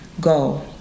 go